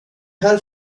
här